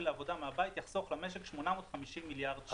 לעבודה מהבית יחסוך למשק 850 מיליארד שקל.